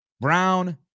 Brown